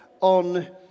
on